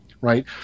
right